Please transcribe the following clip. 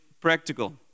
practical